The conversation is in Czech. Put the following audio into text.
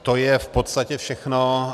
To je v podstatě všechno.